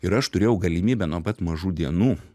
ir aš turėjau galimybę nuo pat mažų dienų